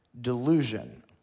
delusion